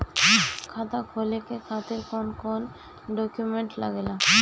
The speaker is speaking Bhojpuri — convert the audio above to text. खाता खोले के खातिर कौन कौन डॉक्यूमेंट लागेला?